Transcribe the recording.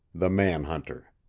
the man-hunter.